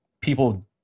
people